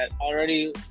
already